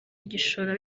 igishoro